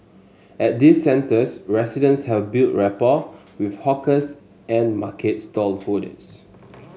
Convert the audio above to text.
at these centres residents have built rapport with hawkers and market stallholders